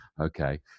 Okay